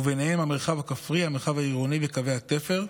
ובהם המרחב הכפרי, המרחב העירוני וקווי התפר.